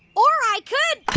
or i could.